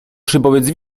szybowiec